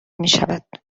میشود